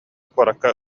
куоракка